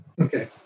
Okay